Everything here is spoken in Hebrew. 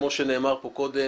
לכן, כמו שנאמר פה קודם,